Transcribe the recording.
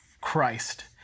Christ